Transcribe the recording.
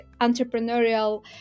entrepreneurial